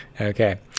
Okay